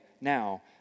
now